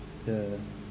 the